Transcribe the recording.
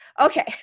Okay